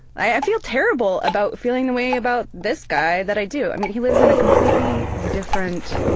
i i feel terrible about feeling the way about this guy that i do. i mean he lives in a completely different